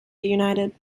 united